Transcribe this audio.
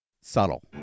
Subtle